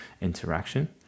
interaction